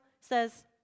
Says